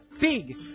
big